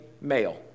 male